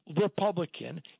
Republican